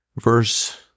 Verse